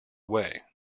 way